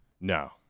No